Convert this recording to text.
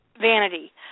vanity